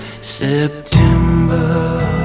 September